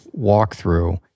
walkthrough